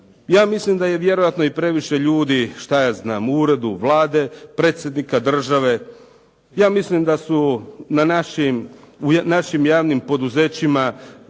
Ja mislim da je vjerojatno i previše ljudi, što ja znam, u uredu Vlade, Predsjednika države, ja mislim da su u našim javnim poduzećima